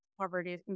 poverty